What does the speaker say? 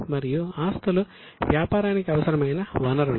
మరియు ఆస్తులు వ్యాపారానికి అవసరమైన వనరులు